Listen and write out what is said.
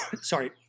sorry